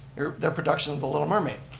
their production of the little mermaid.